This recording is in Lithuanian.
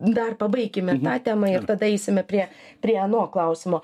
dar pabaikime tą temą ir tada eisime prie prie ano klausimo